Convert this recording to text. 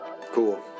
Cool